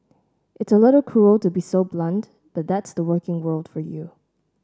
it's a little cruel to be so blunt but that's the working world for you